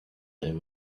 there